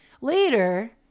Later